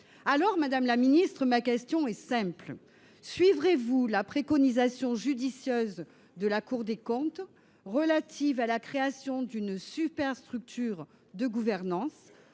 Aussi, madame la ministre, ma question est simple : suivrez vous la préconisation judicieuse de la Cour des comptes relative à la création d’une superstructure de gouvernance